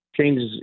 changes